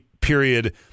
period